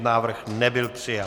Návrh nebyl přijat.